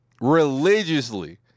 Religiously